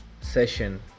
session